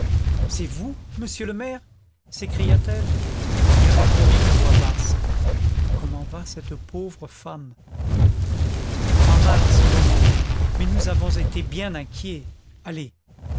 c'est vous monsieur le maire s'écria-t-elle il répondit à voix basse comment va cette pauvre femme pas mal en ce moment mais nous avons été bien inquiets allez